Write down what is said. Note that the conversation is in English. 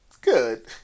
good